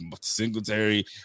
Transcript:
Singletary